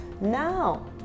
now